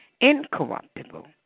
incorruptible